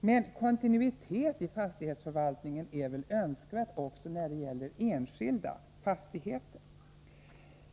Men kontinuitet i fastighetsförvaltningen är väl önskvärd också när det gäller enskilda fastigheter?